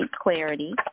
clarity